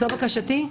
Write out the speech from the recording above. זאת בקשתי.